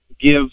give